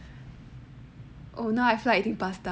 oh now I feel like eating pasta